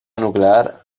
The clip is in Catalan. nuclear